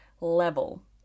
level